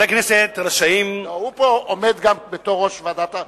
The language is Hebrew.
הוא עומד פה גם בתור יושב-ראש ועדת,